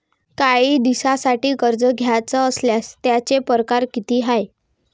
कायी दिसांसाठी कर्ज घ्याचं असल्यास त्यायचे परकार किती हाय?